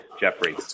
Jeffrey